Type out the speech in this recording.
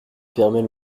permet